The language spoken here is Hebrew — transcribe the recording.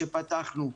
שפתחנו,